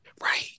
Right